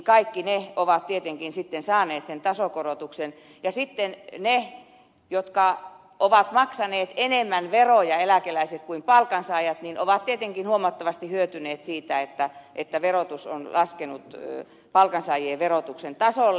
kaikki ne ovat tietenkin sitten saaneet sen tasokorotuksen ja sitten ne eläkeläiset jotka ovat maksaneet enemmän veroja kuin palkansaajat ovat tietenkin huomattavasti hyötyneet siitä että verotus on laskenut palkansaajien verotuksen tasolle